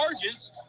charges